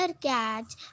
catch